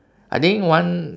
I think one